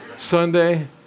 Sunday